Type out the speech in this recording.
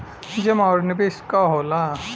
जमा और निवेश का होला?